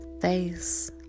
face